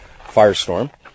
firestorm